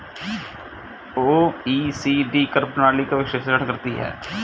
OECD कर प्रणाली का विश्लेषण करती हैं